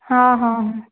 हा हा